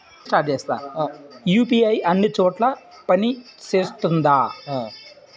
UPI అన్ని చోట్ల పని సేస్తుందా?